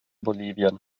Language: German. bolivien